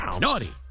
Naughty